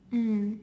mm